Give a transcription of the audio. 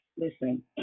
Listen